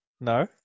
No